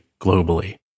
globally